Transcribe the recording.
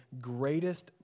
greatest